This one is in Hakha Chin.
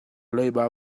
leiba